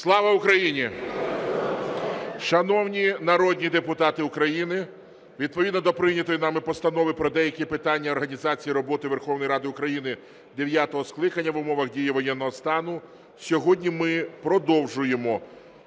Слава Україні! Шановні народні депутати України, відповідно до прийнятої нами Постанови "Про деякі питання організації роботи Верховної Ради України дев'ятого скликання в умовах дії воєнного стану" сьогодні ми продовжуємо